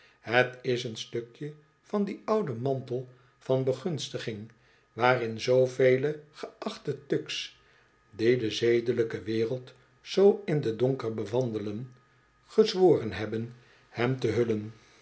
het is een stukje van dien ouden mantel van begunstiging waarin zoovele geachte thugs die de zedelijke wereld zoo in den donker bewandelen gezworen hebben hem te hullen